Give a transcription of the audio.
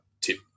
tip